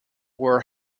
were